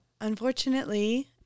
unfortunately